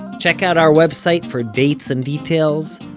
check out our website for dates and details.